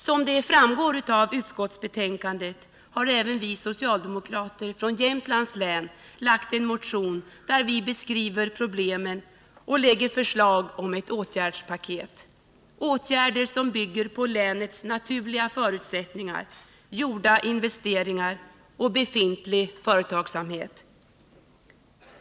Som framgår av utskottsbetänkandet har även vi socialdemokrater från Jämtlands län lagt fram en motion, där vi beskriver problemen och lägger fram förslag om ett åtgärdspaket, åtgärder som bygger på länets naturliga förutsättningar, gjorda investeringar och befintlig företagsamhet.